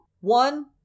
one